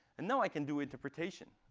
and now, i can do interpretation.